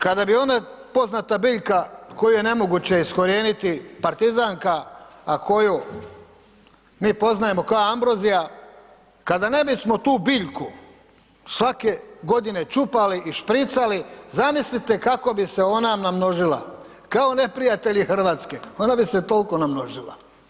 Kada bi ona poznata biljka koju je nemoguće iskorijeniti, partizanka, a koju mi poznajemo kao ambrozija, kada ne bismo tu biljku svake godine čupali i špricali, zamislite kako bi se ona namnožila, kao neprijatelji RH, ona bi se toliko namnožila.